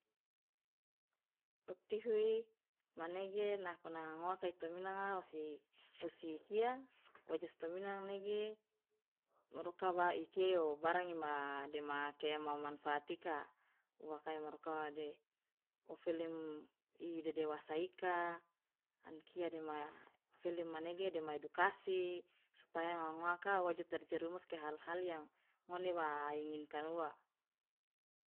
o tv nako nanga ngoaka itominanga wosi wosi kia wojas tominanga nege maruka barang ima dema mamanfaat ika uwa ka maruka de ofelem dedewasa ika an kia felem manege dema edukasi supaya ngoa ngoaka uwa jo terjerumus ke hal- hal ngone yang wa inginkan uwa.